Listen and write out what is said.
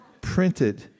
printed